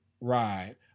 ride